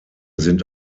sind